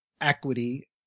equity